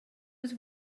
was